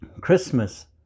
Christmas